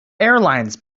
airlines